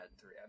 three